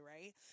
right